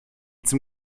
zum